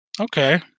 Okay